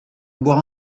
boire